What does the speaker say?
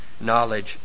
knowledge